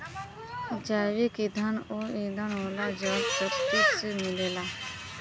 जैविक ईंधन ऊ ईंधन होला जवन प्रकृति से मिलेला